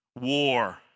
war